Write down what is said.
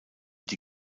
die